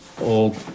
old